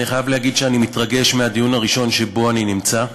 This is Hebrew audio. אני חייב להגיד שאני מתרגש מהדיון הראשון שבו אני נמצא.